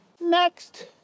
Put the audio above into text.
Next